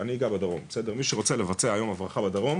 ואני אגע בדרום - מי שרוצה לבצע היום הברחה בדרום